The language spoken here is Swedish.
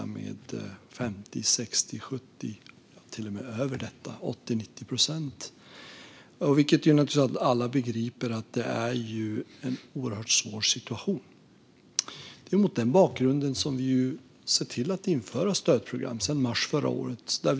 De har minskat med 50, 60 eller 70 procent - ja, till och med över det, 80-90 procent. Alla begriper att det är en oerhört svår situation. Det är mot den bakgrunden som vi sedan mars förra året har sett till att införa stödprogram.